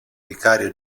vicario